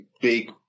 big